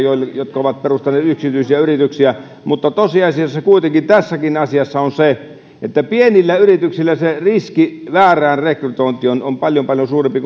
jotka ovat perustaneet yksityisiä yrityksiä mutta tosiasia kuitenkin tässäkin asiassa on se että pienillä yrityksillä se riski väärään rekrytointiin on on paljon paljon suurempi